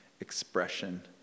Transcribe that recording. expression